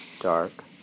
dark